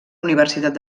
universitat